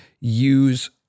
use